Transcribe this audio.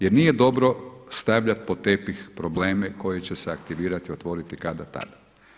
Jer nije dobro stavljat pod tepih probleme koji će se aktivirati, otvoriti kada tada.